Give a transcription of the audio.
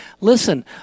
Listen